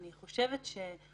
אני חושבת שההצעה,